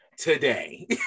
Today